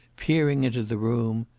peering into the room.